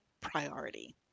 priority